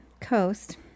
coast